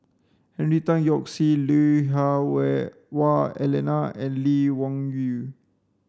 Henry Tan Yoke See Lui Hah Wei Wah Elena and Lee Wung Yew